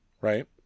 Right